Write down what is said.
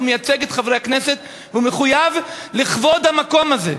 הוא מייצג את חברי הכנסת והוא מחויב בכבוד המקום הזה.